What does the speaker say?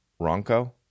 Ronco